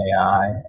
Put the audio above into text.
AI